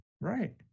Right